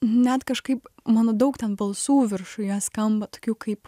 net kažkaip mano daug ten balsų viršuje skamba tokių kaip